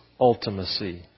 ultimacy